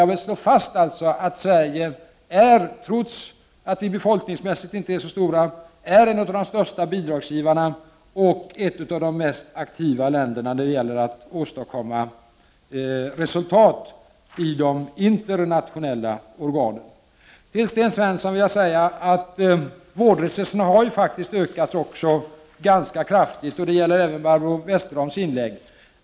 Jag vill emellertid slå fast att Sverige, trots att Sverige befolkningsmässigt inte är så stort, är en av de största bidragsgivarna och ett av de mest aktiva länderna när det gäller att åstadkomma resultat i de internationella organen. Till Sten Svensson vill jag säga att vårdresurserna faktiskt har ökat ganska kraftigt. Detta svar gäller även Barbro Westerholms inlägg.